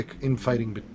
infighting